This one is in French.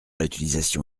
l’utilisation